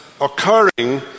occurring